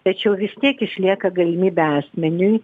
tačiau vis tiek išlieka galimybė asmeniui